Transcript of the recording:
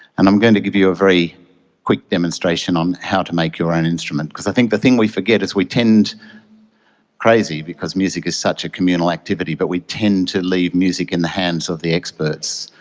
and i'm going to give you a very quick demonstration on how to make your own instrument. because i think the thing we forget is we tend crazy, because music is such a communal activity but we tend to leave music in the hands of the experts,